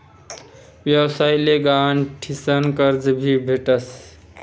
व्यवसाय ले गहाण ठीसन कर्ज भी भेटस